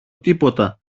τίποτα